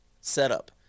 setup